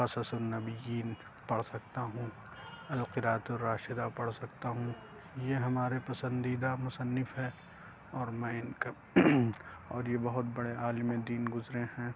قصص النبیین پڑھ سکتا ہوں القرأۃ الراشدہ پڑھ سکتا ہوں یہ ہمارے پسندیدہ مُصنف ہے اور میں اِن کا اور یہ بہت بڑے عالمِ دین گزرے ہیں